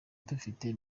dufite